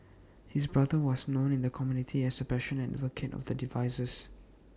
his brother was known in the community as A passionate advocate of the devices